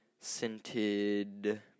Scented